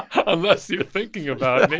unless you're thinking about